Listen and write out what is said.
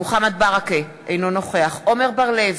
מוחמד ברכה, אינו נוכח עמר בר-לב,